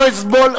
לא אסבול,